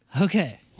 Okay